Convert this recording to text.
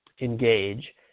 engage